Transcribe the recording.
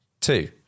two